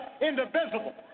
indivisible